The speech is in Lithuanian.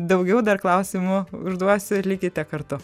daugiau dar klausimų užduosiu likite kartu